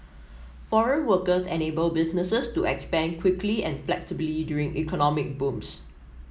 foreign workers enable businesses to expand quickly and flexibly during economic booms